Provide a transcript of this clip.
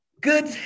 good